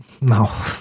no